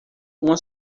uma